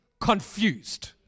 confused